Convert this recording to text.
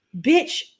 bitch